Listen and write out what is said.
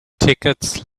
tickets